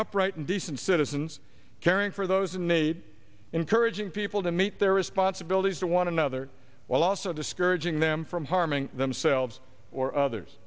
upright and decent citizens caring for those in need encouraging people to meet their responsibilities to one another while also discouraging them from harming themselves or others